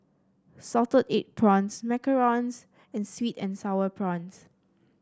Salted Egg Prawns Macarons and sweet and sour prawns